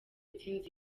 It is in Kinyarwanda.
intsinzi